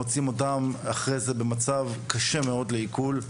מוצאים אותם אחרי זה במצב שהוא קשה מאוד לעיכול.